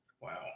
Wow